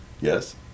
Yes